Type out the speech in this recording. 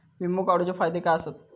विमा काढूचे फायदे काय आसत?